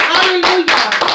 Hallelujah